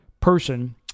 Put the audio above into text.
Person